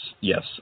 yes